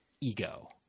ego